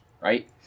right